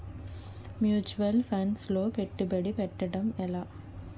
Mutual funds లో పెట్టుబడి పెట్టడం ఎలా?